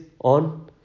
on